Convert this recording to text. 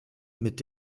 mit